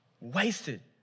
wasted